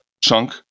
chunk